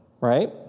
right